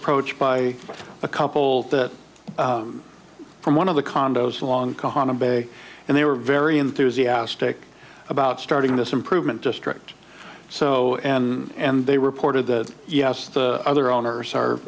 approached by a couple from one of the condos along kahana bay and they were very enthusiastic about starting this improvement district so and they reported that yes the other owners are